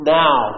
now